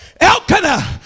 Elkanah